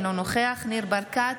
אינו נוכח ניר ברקת,